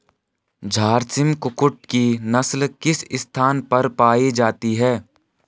झारसिम कुक्कुट की नस्ल किस स्थान पर पाई जाती है?